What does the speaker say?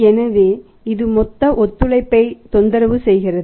எனவே இது மொத்த ஒத்துழைப்பைத் தொந்தரவு செய்கிறது